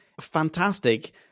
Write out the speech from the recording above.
fantastic